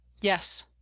Yes